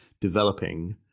developing